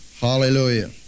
Hallelujah